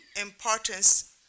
importance